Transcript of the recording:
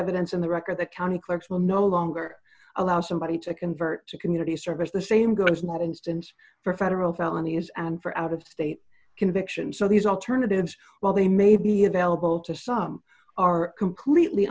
evidence in the record the county clerks will no longer allow somebody to convert to community service the same goes not instance for a federal felony is and for out of state conviction so these alternatives while they may be available to some are completely